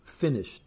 finished